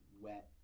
wet